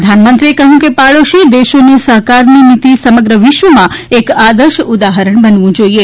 પ્રધાનમંત્રીએ કહ્યુ કે પાડોશી દેશોને સહકારની નિતિ સમગ્ર વિશ્વમાં એક આદર્શ ઉદાહરણ બનવું જોઈએ